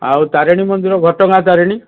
ଆଉ ତାରିଣୀ ମନ୍ଦିର ଘଟଗାଁ ତାରିଣୀ